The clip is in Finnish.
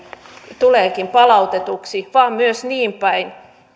tuleekin palautetuksi vaan myös niin päin